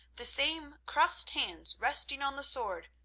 the same crossed hands resting on the sword,